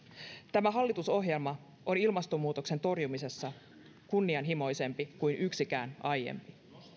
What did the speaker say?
tämä hallitusohjelma on ilmastonmuutoksen torjumisessa kunnianhimoisempi kuin yksikään aiempi